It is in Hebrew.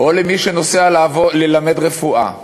או למי שנוסע ללמוד רפואה